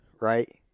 right